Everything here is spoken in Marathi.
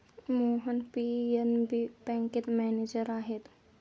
मोहन पी.एन.बी बँकेत मॅनेजर आहेत